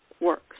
works